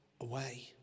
away